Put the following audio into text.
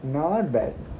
ya